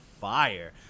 fire